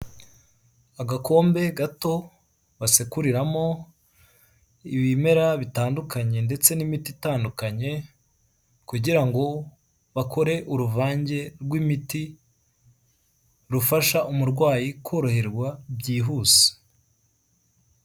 Agakombe gato basekuriramo ibimera bitandukanye ndetse n'imiti itandukanye, kugira ngo bakore uruvange rw'imiti rufasha umurwayi koroherwa byihuse.